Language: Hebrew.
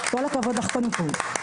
כל הכבוד לך קודם כל.